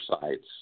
sites